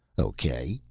okay,